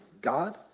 God